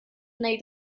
nahi